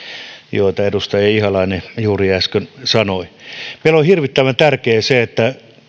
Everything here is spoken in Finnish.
joita edustaja ihalainen juuri äsken sanoi meillä on hirvittävän tärkeää se että